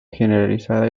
generalizada